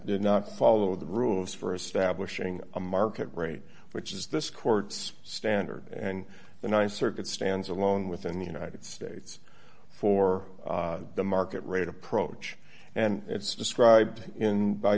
did not follow the rules for establishing a market rate which is this court's standard and the th circuit stands alone within the united states for the market rate approach and it's described in by